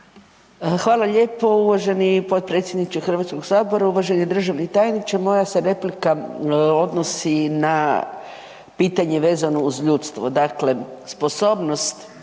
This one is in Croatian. Hvala lijepo. Uvaženi potpredsjedniče Hrvatskoga sabora, uvaženi državni tajniče moja se replika odnosi na pitanje vezano uz ljudstvo. Dakle sposobnost